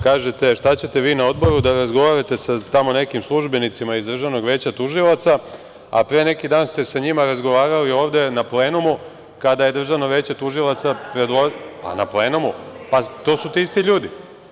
Kažete šta ćete vi na Odboru da razgovarate sa tamo nekim službenicima iz Državnog veća tužilaca, a pre neki dan ste sa njima razgovarali ovde na plenumu kada je Državno veće tužilaca, predložilo, (Vjerica Radeta: Na plenumu hoću.) Pa, na plenumu, to su ti isti ljudi.